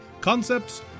concepts